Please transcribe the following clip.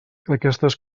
aquestes